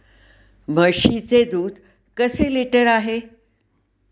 म्हशीचे दूध कसे लिटर आहे?